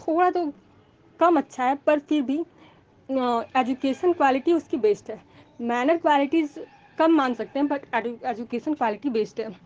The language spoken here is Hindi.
थोड़ा तो कम अच्छा है पर फिर भी एजुकेसन क्वालिटी उसकी बेस्ट है मैनर क्वालिटी कम मान सकते हैं बट एजुकेशन क्वालिटी बेस्ट है